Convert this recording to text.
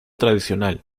tradicional